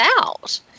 out